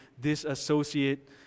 disassociate